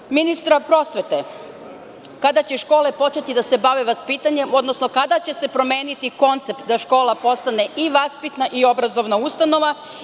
Pitam ministra prosvete – kada će škole početi da se bave vaspitanjem, odnosno kada će se promeniti koncept da škola postane i vaspitna i obrazovna ustanova?